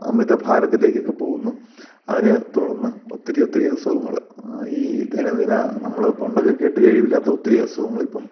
അമിത ഭാരത്തിലേക്കൊക്കെ പോകുന്നു അതിനെ തുടർന്ന് ഒത്തിരി ഒത്തിരി അസുഖങ്ങള് ഈ ദൈനംദിന നമ്മൾ പണ്ടൊക്കെ കേട്ടു കേൾവി ഇല്ലാത്ത ഒത്തിരി അസുഖങ്ങളിപ്പോള്